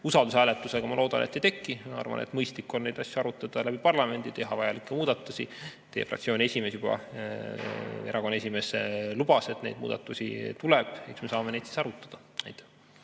usaldushääletusega. Ma loodan, et ei teki. Ma arvan, et on mõistlik neid asju arutada parlamendiga ja teha vajalikke muudatusi. Teie fraktsiooni esimees, erakonna esimees juba lubas, et neid muudatusi tuleb. Eks me saame neid siis arutada. Aitäh!